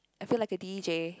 I feel like a D_J